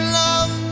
love